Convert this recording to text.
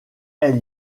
elle